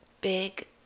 big